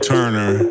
Turner